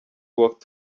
walk